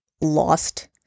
lost